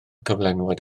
cyflenwad